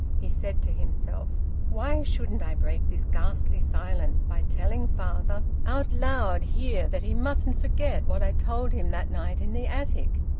he said to himself why shouldn't i break this ghastly silence by telling father out loud here that he mustn't forget what i told him that night in the attic?